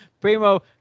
Primo